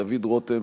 דוד רותם,